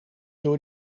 door